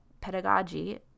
pedagogy